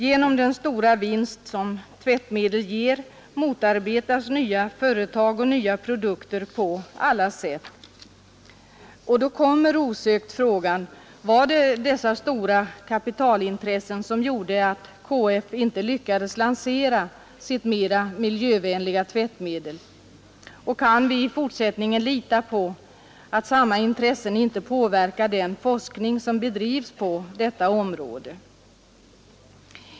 Genom den stora vinst som tvättmedel ger motarbetas nya företag och nya produkter på alla sätt. Då kommer osökt frågan: Var det dessa stora kapitalintressen som gjorde att KF inte lyckades lansera sitt mer miljövänliga tvättmedel, och kan vi lita på att samma intressen inte påverkar den forskning som bedrivs på detta område?